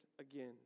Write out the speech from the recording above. again